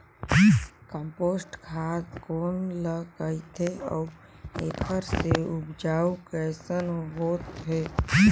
Compost खाद कौन ल कहिथे अउ एखर से उपजाऊ कैसन होत हे?